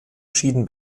schieden